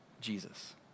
Jesus